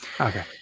Okay